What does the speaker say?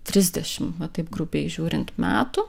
trisdešimt va taip grubiai žiūrint metų